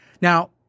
Now